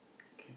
okay